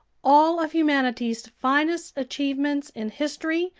all of humanity's finest achievements in history,